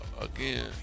again